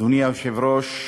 אדוני היושב-ראש,